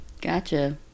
Gotcha